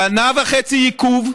שנה וחצי עיכוב.